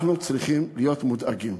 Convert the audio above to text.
אנחנו צריכים להיות מודאגים.